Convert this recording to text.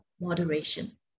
Moderation